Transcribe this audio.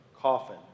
coffin